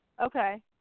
Okay